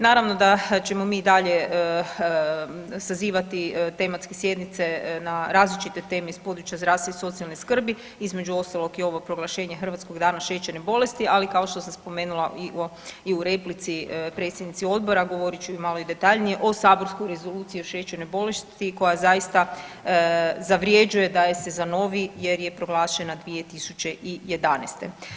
Naravno da ćemo mi i dalje sazivati tematske sjednice na različite teme iz područja zdravstva i socijalne skrbi, između ostalog i ovog proglašenja Hrvatskog dana šećerne bolesti, ali kao što sam spomenula i u replici predsjednici odbora govorit ću i malo detaljnije o saborskoj rezoluciji o šećernoj bolesti koja zaista zavrjeđuje da je se zanovi jer je proglašena 2011.